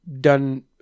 done